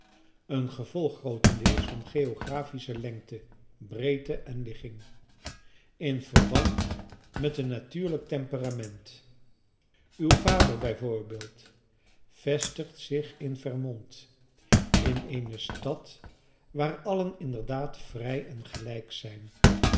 een gevolg grootendeels van geographische lengte breedte en ligging in verband met een natuurlijk temperament uw vader bij voorbeeld vestigt zich in vermont in eene stad waar allen inderdaad vrij en gelijk zijn